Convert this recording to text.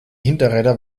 hinterräder